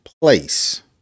place